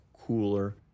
cooler